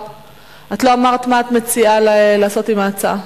את לא אמרת מה את מציעה לעשות עם ההצעה.